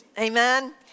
Amen